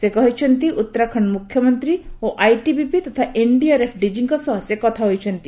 ସେ କହିଛନ୍ତି ଉତ୍ତରାଖଣ୍ଡ ମୁଖ୍ୟମନ୍ତ୍ରୀ ଓ ଆଇଟିବିପି ତଥା ଏନ୍ଡିଆର୍ଏଫ୍ ଡିଜିଙ୍କ ସହ ସେ କଥା ହୋଇଛନ୍ତି